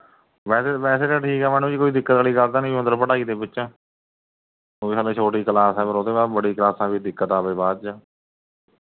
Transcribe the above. ਵੈਸੇ ਵੈਸੇ ਤਾਂ ਠੀਕ ਹੈ ਮੈਡਮ ਜੀ ਕੋਈ ਦਿੱਕਤ ਵਾਲੀ ਗੱਲ ਤਾਂ ਨਹੀਂ ਮਤਲਬ ਪੜ੍ਹਾਈ ਦੇ ਵਿੱਚ ਕਿਉਂਕਿ ਹਲੇ ਛੋਟੀ ਕਲਾਸ ਹੈ ਫਿਰ ਉਹ ਤੋਂ ਬਾਅਦ ਬੜੀ ਕਲਾਸਾਂ ਵਿੱਚ ਦਿੱਕਤ ਆਵੇ ਬਾਅਦ 'ਚ